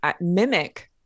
mimic